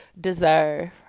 deserve